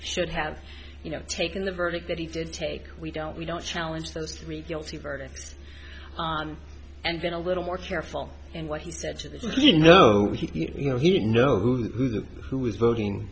should have you know taken the verdict that he did take we don't we don't challenge those three guilty verdicts on and then a little more careful in what he said to the you know he you know he didn't know who who was voting